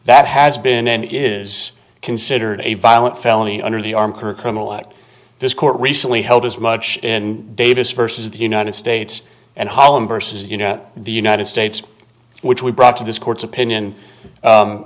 that has been n is considered a violent felony under the arm of her criminal act this court recently held as much in davis versus the united states and holland versus you know the united states which we brought to this court's opinion